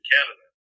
Canada